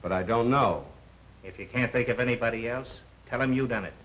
but i don't know if you can think of anybody else tell him you done it